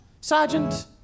Sergeant